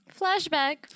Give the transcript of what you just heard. Flashback